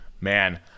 Man